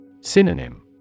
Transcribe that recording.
Synonym